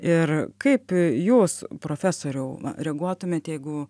ir kaip jūs profesoriau reaguotumėt jeigu